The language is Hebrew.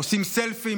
עושים סלפי,